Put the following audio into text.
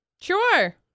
Sure